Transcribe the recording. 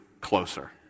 closer